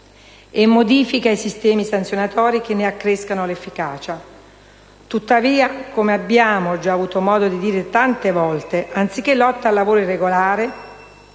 e «modifiche ai sistemi sanzionatori che ne accrescano l'efficacia». Tuttavia, come abbiamo già avuto modo di dire tante volte, anziché lotta al lavoro irregolare